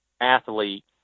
athlete